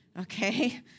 Okay